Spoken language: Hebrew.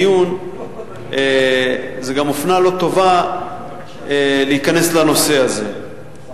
אדוני היושב-ראש, אם יש הסכמה,